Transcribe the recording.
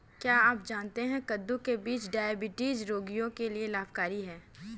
क्या आप जानते है कद्दू के बीज डायबिटीज रोगियों के लिए लाभकारी है?